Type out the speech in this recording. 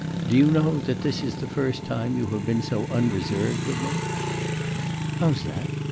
do you know that this is the first time you have been so unreserved with me how's that?